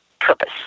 purpose